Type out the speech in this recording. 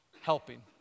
helping